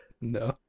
No